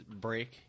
break